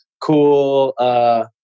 cool